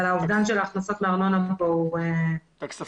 האובדן של הכנסות מארנונה כאן הוא קיים.